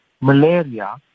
malaria